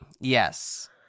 Yes